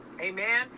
Amen